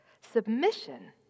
Submission